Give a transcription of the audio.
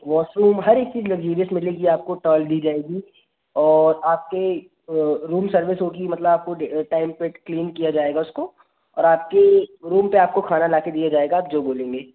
washroom हर एक चीज़ लक्ज़रियस मिलेगा आपको टोवेल दी जाएगी और आपके रूम सर्विस होगी मतलब आपको ड टाइम पर क्लीन किया जाएगा उसको और आपके रूम पर आपको खाना लाकर आपको दिया जाएगा आप जो बोलेंगे